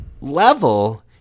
level